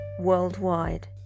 Worldwide